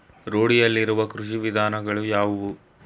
ರೂಢಿಯಲ್ಲಿರುವ ಕೃಷಿ ವಿಧಾನಗಳು ಯಾವುವು?